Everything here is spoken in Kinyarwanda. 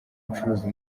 ubucuruzi